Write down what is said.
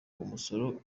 umusoro